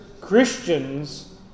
Christians